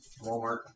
Walmart